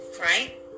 Right